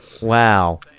Wow